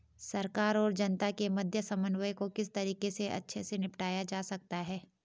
सरकार और जनता के मध्य समन्वय को किस तरीके से अच्छे से निपटाया जा सकता है?